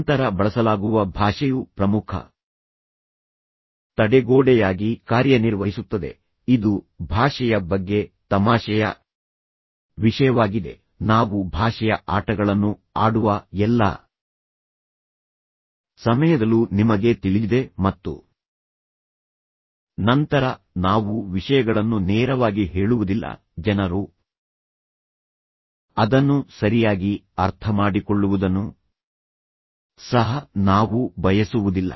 ನಂತರ ಬಳಸಲಾಗುವ ಭಾಷೆಯು ಪ್ರಮುಖ ತಡೆಗೋಡೆಯಾಗಿ ಕಾರ್ಯನಿರ್ವಹಿಸುತ್ತದೆ ಇದು ಭಾಷೆಯ ಬಗ್ಗೆ ತಮಾಷೆಯ ವಿಷಯವಾಗಿದೆ ನಾವು ಭಾಷೆಯ ಆಟಗಳನ್ನು ಆಡುವ ಎಲ್ಲಾ ಸಮಯದಲ್ಲೂ ನಿಮಗೆ ತಿಳಿದಿದೆ ಮತ್ತು ನಂತರ ನಾವು ವಿಷಯಗಳನ್ನು ನೇರವಾಗಿ ಹೇಳುವುದಿಲ್ಲ ಜನರು ಅದನ್ನು ಸರಿಯಾಗಿ ಅರ್ಥಮಾಡಿಕೊಳ್ಳುವುದನ್ನು ಸಹ ನಾವು ಬಯಸುವುದಿಲ್ಲ